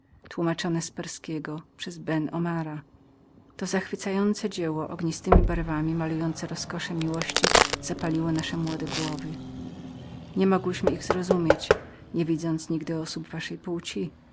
z perskiego przez benomri to zachwycające dzieło ognistemi barwami malujące rozkosze miłości zapaliło nasze młode głowy niemogłyśmy ich zrozumieć niewidząc nigdy osób waszej płci